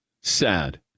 Sad